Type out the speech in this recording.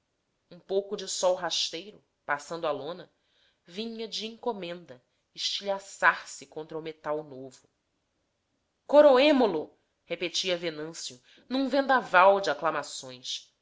um pouco de sol rasteiro passando a lona vinha de encomenda estilhaçar se contra o metal novo coroemo lo repetia venâncio num vendaval de aclamações